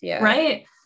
right